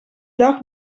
dag